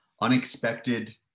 unexpected